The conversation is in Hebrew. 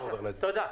תודה.